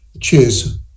cheers